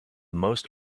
most